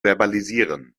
verbalisieren